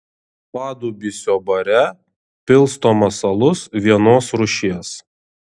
padubysio bare pilstomas alus vienos rūšies